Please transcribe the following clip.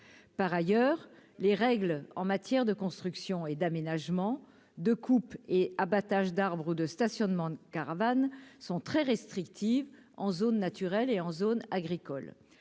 par ailleurs les règles en matière de construction et d'aménagement de coupes et abattages d'arbres ou de stationnement de caravanes sont très restrictives en zone naturelle et en zone agricole,